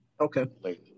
Okay